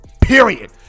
period